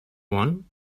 one